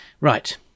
Right